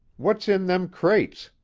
what's in them crates,